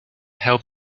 help